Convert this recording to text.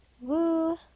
Woo